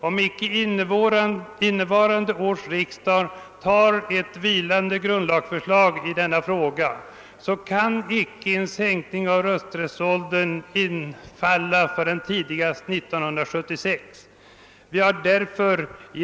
Om icke innevarande års riksdag antar ett förslag till grundlagsändring som vilande, kan en sänkning av rösträttsåldern inte genomföras förrän tidigast 1976.